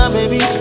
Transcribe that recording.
Baby